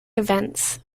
events